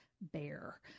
bear